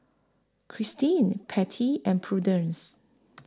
Christene Patty and Prudence